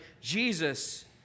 Jesus